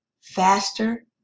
faster